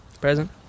Present